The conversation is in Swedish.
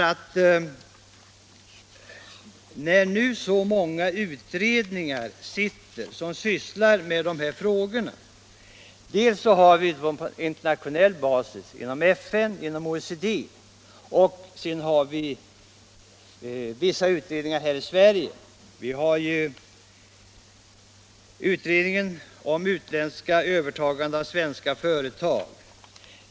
Det är redan många utredningar som sysslar med dessa frågor, både internationellt inom FN och OECD och här i Sverige. Vi har bl.a. utredningen om utländska övertaganden av svenska företag.